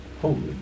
Holy